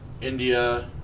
India